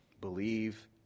Believe